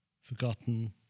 forgotten